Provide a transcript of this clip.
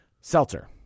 seltzer